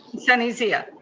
sunny zia?